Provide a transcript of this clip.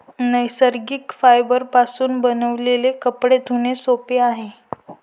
नैसर्गिक फायबरपासून बनविलेले कपडे धुणे सोपे आहे